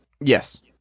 Yes